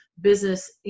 business